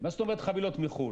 מה זאת אומרת חבילות מחו"ל?